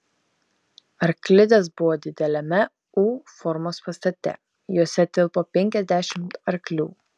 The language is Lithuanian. arklidės buvo dideliame u formos pastate jose tilpo penkiasdešimt arklių